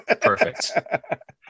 perfect